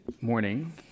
morning